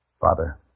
Father